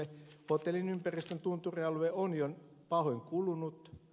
hotellin ympäristön tunturialue on jo pahoin kulunut